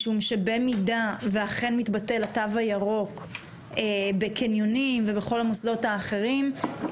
משום שבמידה ואכן מתבטל התו הירוק בקניונים ובכל המוסדות האחרים,